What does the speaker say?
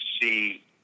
see